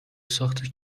ساخت